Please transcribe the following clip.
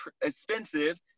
expensive